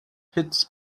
hits